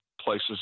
places